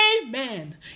Amen